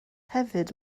hefyd